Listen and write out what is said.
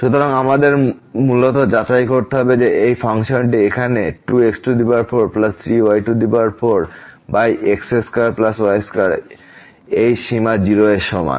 সুতরাং আমাদের মূলত যাচাই করতে হবে যে এই ফাংশনটির এখানে 2x43y4x2y2 এই সীমা 0 এর সমান